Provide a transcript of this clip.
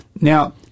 Now